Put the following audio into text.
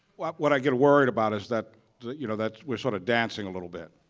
what what i get worried about is that you know that we're sort of dancing a little bit,